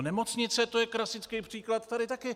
Nemocnice, to je klasický příklad tady taky.